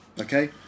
Okay